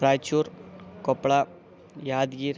Raichur Koppal Yadgir